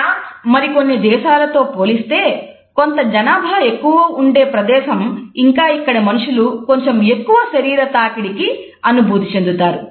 France మరికొన్ని దేశాలతో పోలిస్తే కొంత జనాభా ఎక్కువ ఉండే ప్రదేశం ఇంకా ఇక్కడి మనుషులు కొంచెం ఎక్కువ శారీరక తాకిడిని అనుభూతి చెందుతారు